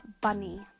bunny